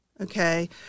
okay